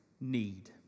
need